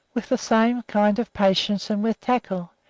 with the same kind of patience and with tackle.